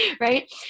right